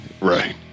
Right